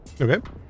Okay